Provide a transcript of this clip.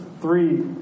three